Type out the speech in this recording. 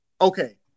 Okay